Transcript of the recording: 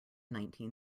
nineteen